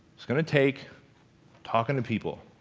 it's gonna take talking to people,